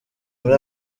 muri